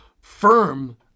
firm